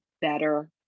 better